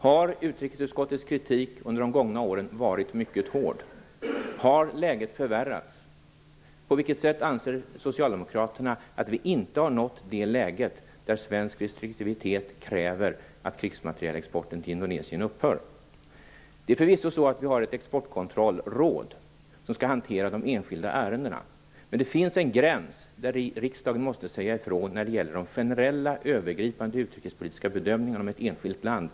Har utrikesutskottets kritik under de gångna åren varit mycket hård? Har läget förvärrats? På vilket sätt anser Socialdemokraterna att vi inte har nått det läge där svensk restriktivitet kräver att krigsmaterielexporten till Indonesien upphör? Förvisso har vi ett exportkontrollråd som skall hantera de enskilda ärendena, men det finns en gräns där riksdagen måste säga ifrån när det gäller de generella och övergripande utrikespolitiska bedömningarna av ett enskilt land.